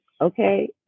okay